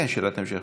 כן, שאלת המשך.